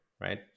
right